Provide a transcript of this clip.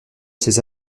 ces